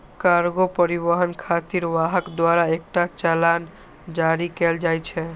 cargo परिवहन खातिर वाहक द्वारा एकटा चालान जारी कैल जाइ छै